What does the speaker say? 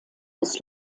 des